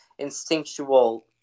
Instinctual